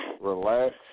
relax